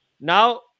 now